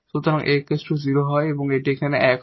এটি এখানে 1 হয়